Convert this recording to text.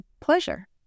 pleasure